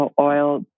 oil